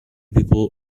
people